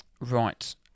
Right